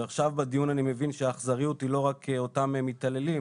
ועכשיו בדיון אני מבין שהאכזריות היא לא רק אותם מתעללים,